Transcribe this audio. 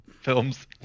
films